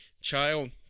child